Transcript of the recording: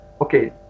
okay